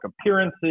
appearances